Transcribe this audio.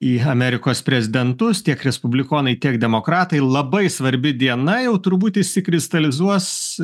į amerikos prezidentus tiek respublikonai tiek demokratai labai svarbi diena jau turbūt išsikristalizuos